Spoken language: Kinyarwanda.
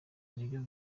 nibyo